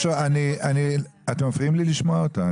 אתם מפריעים לי לשמוע אותה.